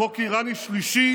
חוק איראני שלישי